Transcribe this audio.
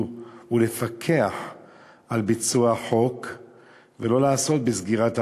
הוא לפקח על ביצוע החוק ולא לעסוק בסגירת הרשות.